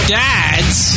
dads